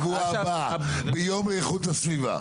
ביום איכות הסביבה.